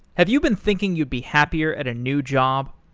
have you been thinking you'd be happier at a new job?